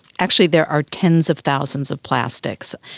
actually there are tens of thousands of plastics,